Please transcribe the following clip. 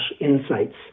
insights